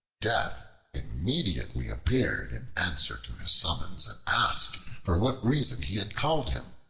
death immediately appeared in answer to his summons and asked for what reason he had called him.